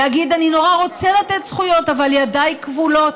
להגיד: אני נורא רוצה לתת זכויות אבל ידיי כבולות,